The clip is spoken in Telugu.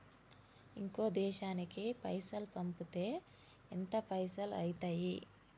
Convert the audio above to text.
ఇంకో దేశానికి పైసల్ పంపితే ఎంత పైసలు అయితయి?